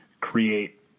create